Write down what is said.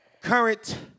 Current